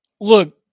look